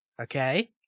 okay